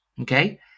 Okay